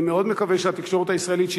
אני מאוד מקווה שהתקשורת הישראלית,